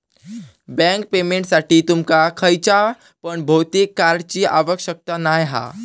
bank पेमेंटसाठी तुमका खयच्या पण भौतिक कार्डची आवश्यकता नाय हा